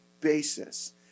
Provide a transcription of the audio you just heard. basis